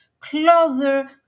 closer